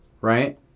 Right